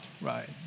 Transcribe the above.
right